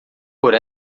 por